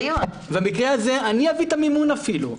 ובמקרה הזה אני אביא את המימון אפילו.